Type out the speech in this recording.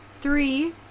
Three